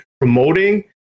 promoting